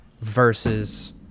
versus